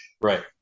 Right